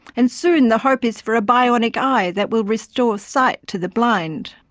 and soon, the hope is for a bionic eye that will restore sight to the blind.